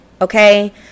Okay